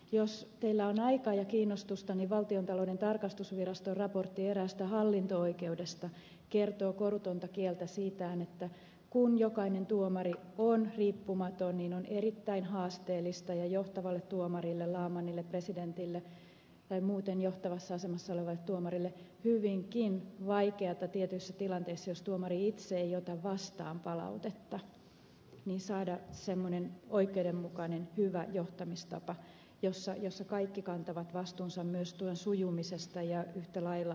jos teillä on aikaa ja kiinnostusta niin valtiontalouden tarkastusviraston raportti eräästä hallinto oikeudesta kertoo korutonta kieltä siitä että kun jokainen tuomari on riippumaton niin on erittäin haasteellista ja johtavalle tuomarille laamannille presidentille tai muuten johtavassa asemassa olevalle tuomarille hyvinkin vaikeata tietyissä tilanteissa jos tuomari itse ei ota vastaan palautetta saada semmoinen oikeudenmukainen hyvä johtamistapa että kaikki kantavat vastuunsa myös työn sujumisesta ja yhtä lailla ahkeruudesta